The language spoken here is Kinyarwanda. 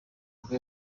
nibwo